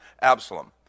Absalom